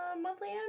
monthly